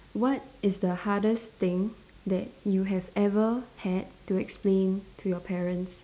what is the hardest thing that you have ever had to explain to your parents